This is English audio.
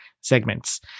segments